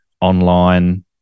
online